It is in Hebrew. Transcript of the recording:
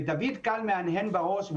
דויד כאן מהנהן בראש,